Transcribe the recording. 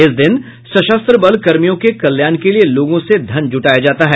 इस दिन सशस्त्र बल कर्मियों के कल्याण के लिए लोगों से धन जुटाया जाता है